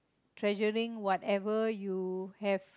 treasuring whatever you have